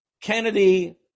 Kennedy